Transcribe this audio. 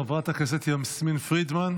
חברת הכנסת יסמין פרידמן.